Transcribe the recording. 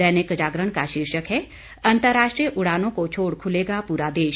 दैनिक जागरण का शीर्षक है अंतराष्ट्रीय उड़ानों को छोड़ खुलेगा पूरा देश